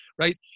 right